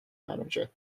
manager